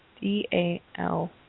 D-A-L